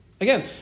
Again